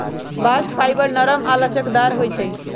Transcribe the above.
bast fibre नरम आऽ लचकदार होइ छइ